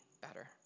better